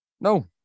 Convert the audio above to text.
No